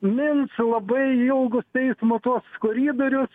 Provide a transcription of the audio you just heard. mins labai ilgus teismo tuos koridorius